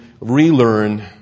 relearn